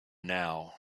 now